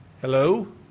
Hello